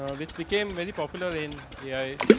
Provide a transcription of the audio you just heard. ah which became very popular in ai